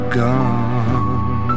gone